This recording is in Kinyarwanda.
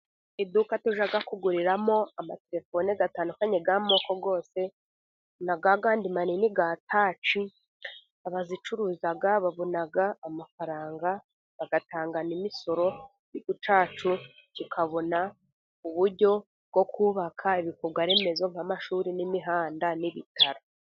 Iduka tujya kuguriramo amatelefone atandukanye y'amoko yose, na yayandi manini ya tachi. Abazicuruza babona amafaranga bagatanga n'imisoro, igihugu cyacu kikabona uburyo bwo kubaka ibikorwa remezo; nk'amashuri n'imihanda n'ibitaro.